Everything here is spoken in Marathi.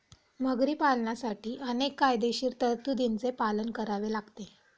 मगरी पालनासाठी अनेक कायदेशीर तरतुदींचे पालन करावे लागते